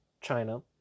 China